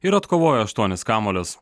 ir atkovojo aštuonis kamuolius